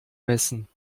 messen